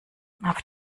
auf